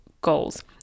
goals